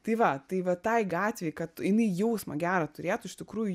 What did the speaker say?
tai va tai va tai gatvei kad jinai jausmą gerą turėtų iš tikrųjų